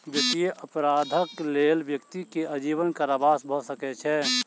वित्तीय अपराधक लेल व्यक्ति के आजीवन कारावास भ सकै छै